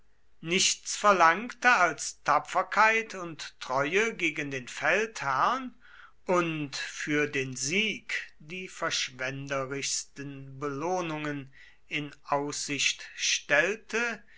nichts verlangte als tapferkeit und treue gegen den feldherrn und für den sieg die verschwenderischsten belohnungen in aussicht stellte